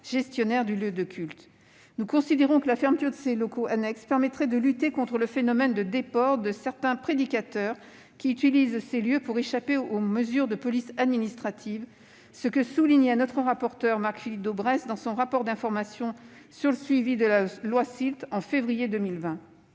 gestionnaire du lieu de culte. Nous considérons que la fermeture de ces locaux annexes permettrait de lutter contre le phénomène de déport de certains prédicateurs, qui utilisent ces lieux pour échapper aux mesures de police administrative, ce que soulignait notre rapporteur Marc-Philippe Daubresse dans son rapport d'information sur le suivi de la loi SILT en février 2020.